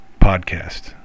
podcast